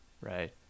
Right